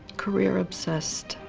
career-obsessed.